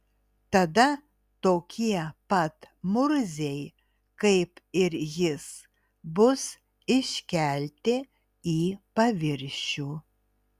tada tokie pat murziai kaip ir jis bus iškelti į paviršių